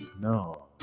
No